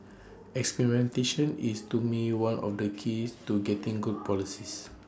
experimentation is to me one of the keys to getting good policies